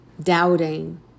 Doubting